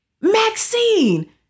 Maxine